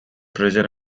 prison